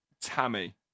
Tammy